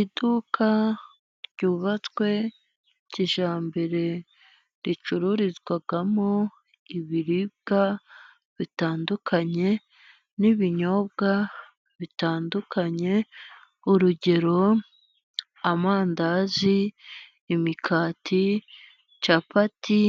Iduka ryubatswe kijyambere ricururizwamo ibiribwa bitandukanye n'ibinyobwa bitandukanye, urugero: amandazi, imigati, capati